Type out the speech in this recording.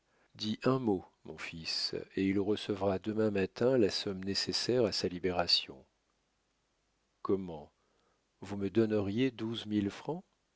un mot mon fils et il recevra demain matin la somme nécessaire à sa libération comment vous me donneriez douze mille francs